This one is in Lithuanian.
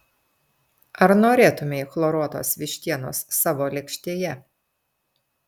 ar norėtumei chloruotos vištienos savo lėkštėje